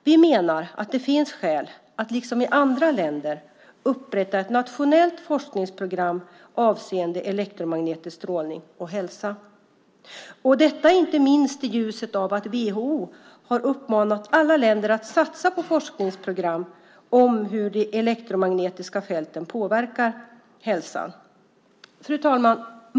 Vi menar att det finns skäl att, liksom i andra länder, upprätta ett nationellt forskningsprogram avseende elektromagnetisk strålning och hälsa - detta inte minst i ljuset av att WHO uppmanat alla länder att satsa på forskningsprogram om hur de elektromagnetiska fälten påverkar hälsan. Fru talman!